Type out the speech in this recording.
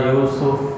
Yusuf